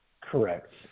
Correct